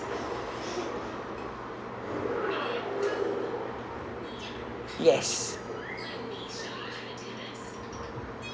yes